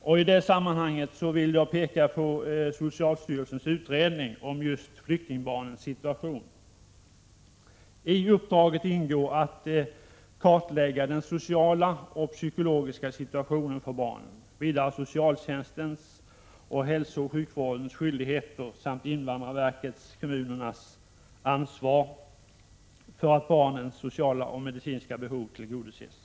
I det sammanhanget vill jag peka på socialstyrelsens utredning om just flyktingbarnens situation. I uppdraget ingår att kartläggga den sociala och psykologiska situationen för barnen, vidare socialtjänstens och hälsooch sjukvårdens skyldigheter samt invandrarverkets och kommunernas ansvar för att barnens sociala och medicinska behov skall tillgodoses.